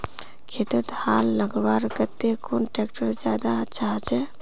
खेतोत हाल लगवार केते कुन ट्रैक्टर ज्यादा अच्छा होचए?